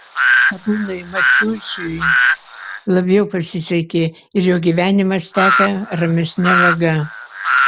arūnui mačiuičiui labiau pasisekė ir jo gyvenimas teka ramesne vaga